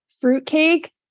fruitcake